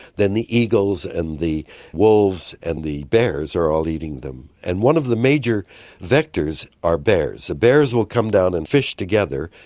then the eagles and the wolves and the bears are all eating them. and one of the major vectors are bears. the bears will come down and fish together,